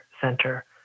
center